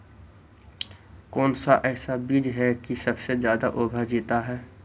कौन सा ऐसा बीज है की सबसे ज्यादा ओवर जीता है?